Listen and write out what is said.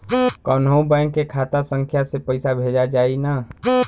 कौन्हू बैंक के खाता संख्या से पैसा भेजा जाई न?